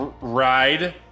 ride